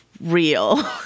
real